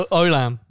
Olam